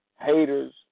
haters